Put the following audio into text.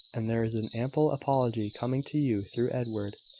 and there is an ample apology coming to you through edward.